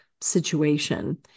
situation